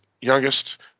youngest